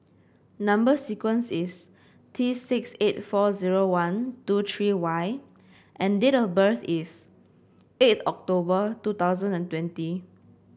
number sequence is T six eight four zero one two three Y and date of birth is eighth October two thousand and twenty